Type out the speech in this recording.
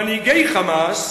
מנהיגי 'חמאס',